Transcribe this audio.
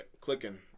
clicking